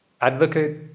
advocate